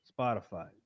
Spotify